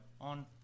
on